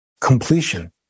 completion